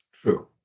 True